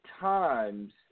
times